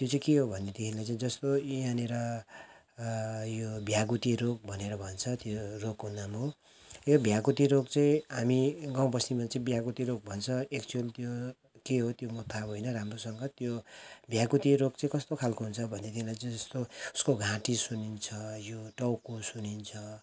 त्यो चाहिँ के हो भनेदेखिलाई जस्तो यहाँनिर यो भ्यागुते रोग भनेर भन्छ त्यो रोगको नाम हो यो भ्यागुते रोग चाहिँ हामी गाउँ बस्तीमा चाहिँ भ्यागुते रोग भन्छ एक्चुअल त्यो के हो त्यो म थाहा भएन राम्रोसँग त्यो भ्यागुते रोग चाहिँ कस्तो खालको हुन्छ भनेदेखिलाई चाहिँ जस्तो उसको घाँटी सुनिन्छ यो टाउको सुनिन्छ